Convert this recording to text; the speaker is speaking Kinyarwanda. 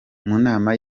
nama